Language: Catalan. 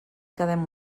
quedem